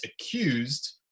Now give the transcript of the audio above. accused